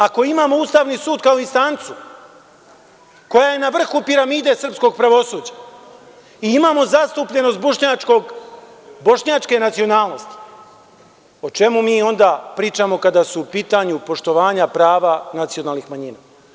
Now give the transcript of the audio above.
Ako imamo Ustavni sud kao instancu koje je na vrhu piramide srpskog pravosuđa i imamo zastupljenost bošnjačke nacionalnosti, o čemu mi pričamo kada su u pitanju poštovanja prava nacionalnih manjina?